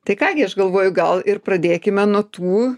tai ką gi aš galvoju gal ir pradėkime nuo tų